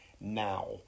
now